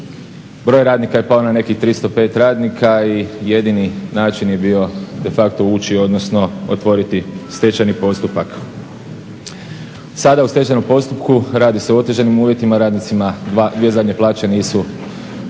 Broj radnika je pao na nekih 305 radnika i jedini način je bio de facto ući odnosno otvoriti stečajni postupak. Sada u stečajnom postupku radi se u otežanim uvjetima, radnicima dvije zadnje plaće nisu